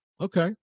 okay